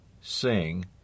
sing